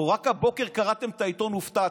או שרק הבוקר קראתם את העיתון והופתעתם,